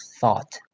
thought